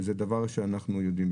וזה דבר שאנחנו יודעים.